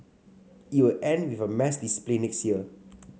it will end with a mass display next year